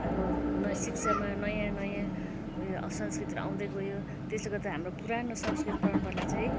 अब नयाँ शिक्षामा नयाँ नयाँ उयो संस्कृतिहरू आउँदै गयो त्यसले गर्दा हाम्रो पुरानो संस्कृति परम्परालाई चाहिँ